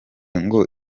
ngo